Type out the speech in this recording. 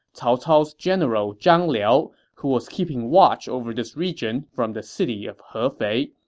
cao cao's general zhang liao, who was keeping watch over this region from the city of hefei,